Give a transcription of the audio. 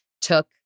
took